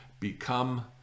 become